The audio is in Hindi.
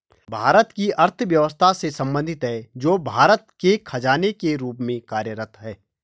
भारत की अर्थव्यवस्था से संबंधित है, जो भारत के खजाने के रूप में कार्यरत है